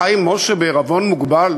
חיים משה בעירבון מוגבל?